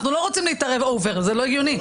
אנחנו לא רוצים להתערב אובר, זה לא הגיוני.